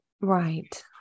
right